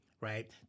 Right